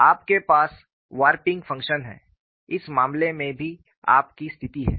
आपके पास warping function है इस मामले में भी आपकी स्थिति है